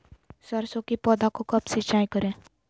सरसों की पौधा को कब सिंचाई करे?